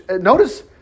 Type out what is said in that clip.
Notice